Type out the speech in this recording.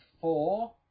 four